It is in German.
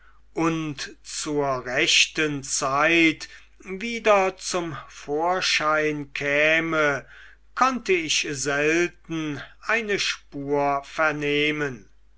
und zur rechten zeit wieder zum vorschein käme konnte ich selten eine spur vernehmen